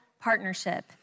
partnership